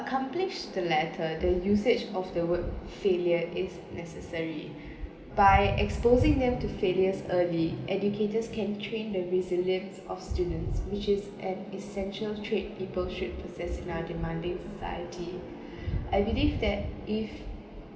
accomplish the latter the usage of the word failure is necessary by exposing them to failures early educators can train the resilience of students which is an essential trait people should possess in our demanding society I believe that if